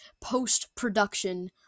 post-production